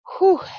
Whew